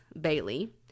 bailey